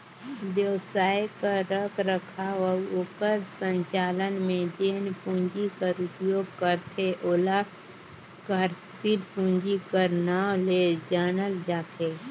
बेवसाय कर रखरखाव अउ ओकर संचालन में जेन पूंजी कर उपयोग करथे ओला कारसील पूंजी कर नांव ले जानल जाथे